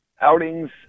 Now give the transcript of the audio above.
outings